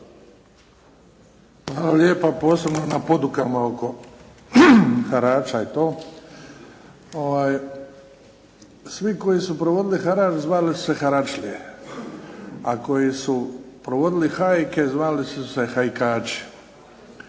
lijepa. Posebno na podukama oko harača i to. Svi koji su provodili harač zvali su se haračlije a koji su provodili hajke zvali su se hajkači,